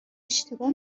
اشتباه